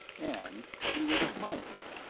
and he was smiling.